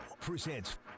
presents